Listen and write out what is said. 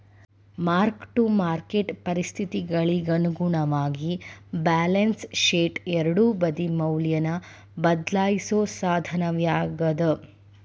mark to market ಪರಿಸ್ಥಿತಿಗಳಿಗಿ ಅನುಗುಣವಾಗಿ balance ಶೇಟ್ನ ಎರಡೂ ಬದಿ ಮೌಲ್ಯನ ಬದ್ಲಾಯಿಸೋ ಸಾಧನವಾಗ್ಯಾದ